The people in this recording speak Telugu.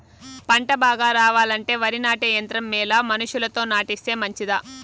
పంట బాగా రావాలంటే వరి నాటే యంత్రం మేలా మనుషులతో నాటిస్తే మంచిదా?